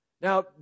Now